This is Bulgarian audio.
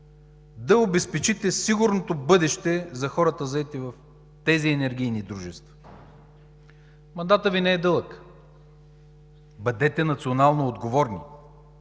да обезпечите сигурното бъдеще за хората, заети в тези енергийни дружества. Мандатът Ви не е дълъг. Бъдете национално отговорни!